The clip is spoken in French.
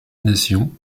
nation